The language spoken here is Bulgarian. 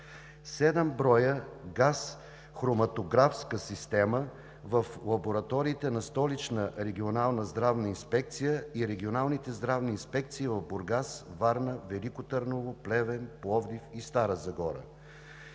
7 броя газхроматографска система в лабораториите на Столичната регионална здравна инспекция и регионалните здравни инспекции в Бургас, Варна, Велико Търново, Плевен, Пловдив и Стара Загора;